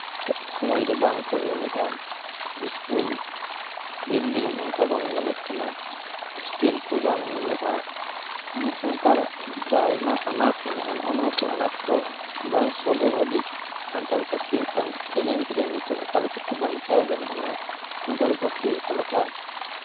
ᱥᱚᱢᱚᱭ ᱨᱮ ᱵᱟᱝᱠᱚ ᱮᱢ ᱮᱜᱼᱟ ᱤᱥᱠᱩᱞ ᱵᱤᱞᱰᱤᱝ ᱚᱱᱠᱟ ᱵᱟᱝ ᱧᱮᱞᱚᱜ ᱠᱟᱱᱟ ᱦᱳᱥᱴᱮᱞ ᱠᱚ ᱵᱟᱹᱱᱩᱜᱼᱟ ᱱᱚᱣᱟ ᱥᱟᱱᱛᱟᱲᱟᱜ ᱫᱚ ᱟᱭᱢᱟ ᱟᱱᱟᱴ ᱢᱮᱱᱟᱜᱼᱟ ᱱᱚᱜᱼᱚᱭ ᱱᱟ ᱠᱚ ᱟᱱᱟᱴ ᱠᱚ ᱵᱟᱝ ᱥᱚᱞᱦᱮ ᱦᱟᱹᱵᱤᱡ ᱥᱟᱱᱛᱟᱲᱤ ᱯᱟᱹᱨᱥᱤ ᱢᱤᱫᱴᱟᱱ ᱪᱮᱞᱮᱧᱡᱽ ᱨᱮ ᱱᱤᱛᱚᱜ ᱚᱠᱟ ᱞᱮᱠᱟᱛᱮ ᱵᱟᱧᱪᱟᱣ ᱜᱟᱱᱚᱜᱼᱟ ᱱᱚᱣᱟ ᱥᱟᱱᱛᱟᱲᱤ ᱯᱟᱹᱨᱥᱤ ᱚᱠᱟ ᱞᱮᱠᱟ